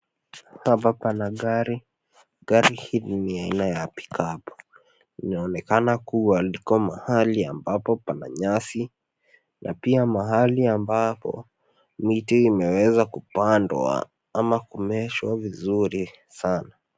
Hapa pana gari, gari hii ni aina ya pickup . Inaonekana kuwa liko mahali ambapo pana nyasi na pia mahali ambapo miti imeweza kupandwa ama kumeeshwa vizuri sana.